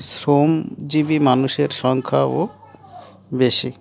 শ্রমজীবী মানুষের সংখ্যাও বেশি